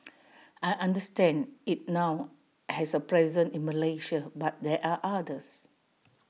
I understand IT now has A presence in Malaysia but there are others